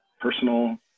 personal